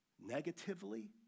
negatively